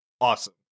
awesome